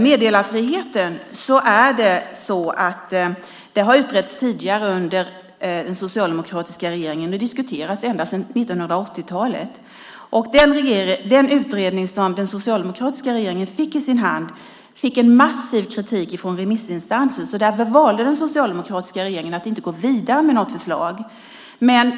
Meddelarfriheten har utretts tidigare under den socialdemokratiska regeringen. Vi har diskuterat det ända sedan 1980-talet. Den utredning som den socialdemokratiska regeringen fick i sin hand fick massiv kritik från remissinstanserna. Därför valde den socialdemokratiska regeringen att inte gå vidare med något förslag.